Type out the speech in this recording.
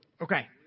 Okay